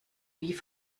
wie